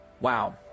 Wow